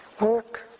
work